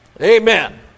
Amen